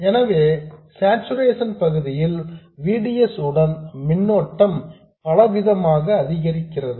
எனவே சார்சுரேஷன் பகுதியில் V D S உடன் மின்னோட்டம் பலவிதமாக அதிகரிக்கிறது